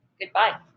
goodbye